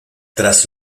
tras